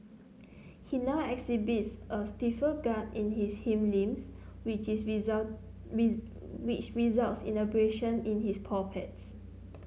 he now exhibits a stiffer gait in his hind limbs which is result which results in abrasions in his paw pads